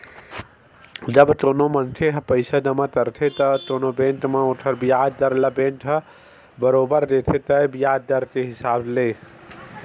जब कोनो मनखे ह पइसा जमा करथे त कोनो बेंक म ओखर बियाज दर ल बेंक ह बरोबर देथे तय बियाज दर के हिसाब ले